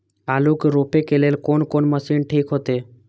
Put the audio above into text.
आलू के रोपे के लेल कोन कोन मशीन ठीक होते?